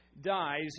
dies